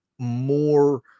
more